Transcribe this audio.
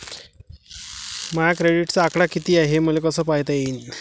माया क्रेडिटचा आकडा कितीक हाय हे मले कस पायता येईन?